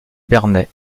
bernay